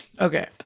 Okay